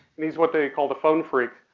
and he's what they called a phone freak.